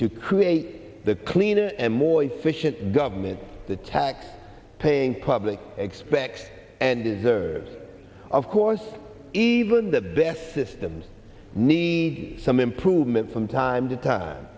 to create the cleaner and more efficient government the tax paying public expects and deserves of course even the best systems need some improvement from time to time